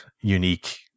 unique